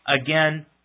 again